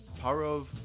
Parov